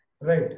Right